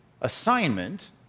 assignment